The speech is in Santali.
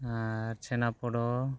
ᱟᱨ ᱪᱷᱮᱱᱟ ᱯᱚᱰᱚ